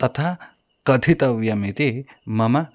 तथा कथितव्यम् इति मम